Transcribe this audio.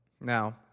Now